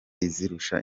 izirusha